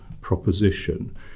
proposition